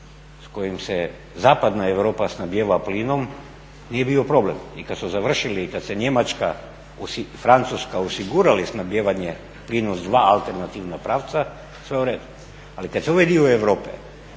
s kojim se zapadna Europa snabdijeva plinom nije bio problem. I kad su završili i kad se Njemačka i Francuska osigurale snabdijevanje plinom s dva alternativna pravca sve je u redu. Ali kad se ovaj dio Europe